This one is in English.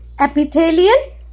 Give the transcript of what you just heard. epithelial